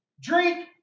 drink